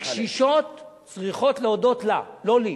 הקשישות צריכות להודות לה, לא לי.